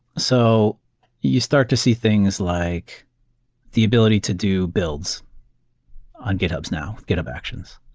so you start to see things like the ability to do builds on githubs now, github actions.